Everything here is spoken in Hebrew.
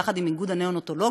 יחד עם איגוד הנאונטולוגים,